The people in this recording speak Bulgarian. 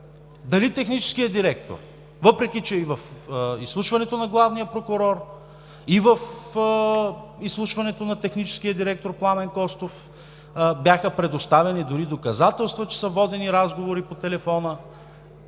дали техническия директор, въпреки че и в изслушването на главния прокурор, и в изслушването на техническия директор Пламен Костов, бяха предоставени дори доказателства, че са водени разговори по телефона,